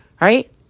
right